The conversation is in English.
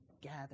gather